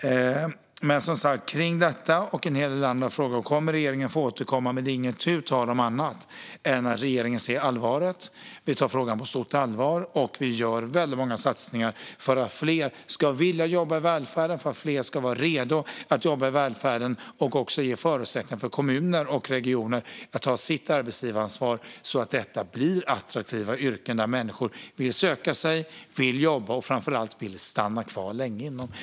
Regeringen kommer som sagt att få återkomma kring detta och en hel del andra frågor, men det är inte tu tal om annat än att regeringen inser allvaret. Vi tar frågan på stort allvar, och vi gör väldigt många satsningar för att fler ska vilja jobba i välfärden och för att fler ska vara redo att jobba i välfärden. Vi gör också satsningar för att ge kommuner och regioner förutsättningar att ta sitt arbetsgivaransvar så att detta blir attraktiva yrken som människor vill söka sig till och - framför allt - stanna kvar länge inom.